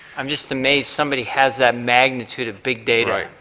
i'm just amazed somebody has that magnitude of big data.